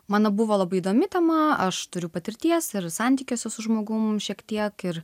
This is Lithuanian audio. mano buvo labai įdomi tema aš turiu patirties ir santykiose su žmogum šiek tiek ir